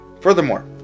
Furthermore